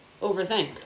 Overthink